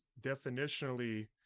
definitionally